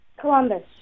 Columbus